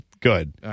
Good